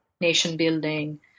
nation-building